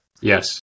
yes